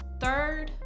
third